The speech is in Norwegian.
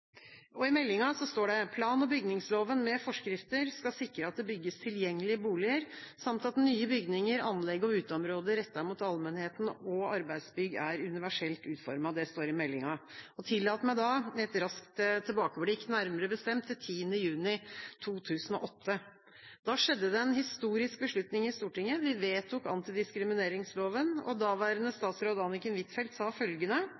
retning. I meldinga står det: «Plan- og bygningsloven med forskrifter skal sikre at det bygges tilgjengelige boliger, samt at nye bygninger, anlegg og uteområder rettet mot allmennheten og arbeidsbygg er universelt utformet.» Tillat meg da et raskt tilbakeblikk, nærmere bestemt til den 10. juni 2008. Da ble det tatt en historisk beslutning i Stortinget: Vi vedtok antidiskrimineringsloven. Daværende statsråd Anniken Huitfeldt sa følgende: